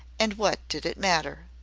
and what did it matter?